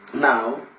Now